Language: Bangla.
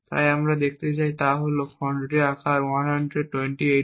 তাই আমরা যা দেখতে চাই তা হল এই খণ্ডটির আকার হল 128 বাইট